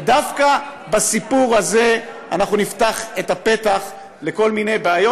דווקא בסיפור הזה אנחנו נפתח את הפתח לכל מיני בעיות.